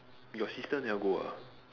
your sister never go ah